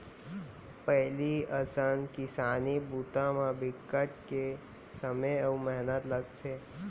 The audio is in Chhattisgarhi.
पहिली असन किसानी बूता म बिकट के समे अउ मेहनत लगथे